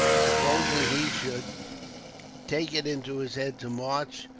supposing he should take it into his head to march,